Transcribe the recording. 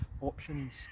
options